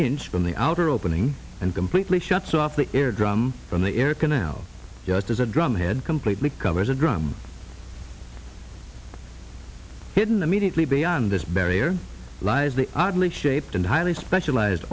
inch from the outer opening and completely shuts off the ear drum from the air canal just as a drum head completely covers a drum hidden immediately beyond this barrier lies the oddly shaped and highly specialized